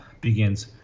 begins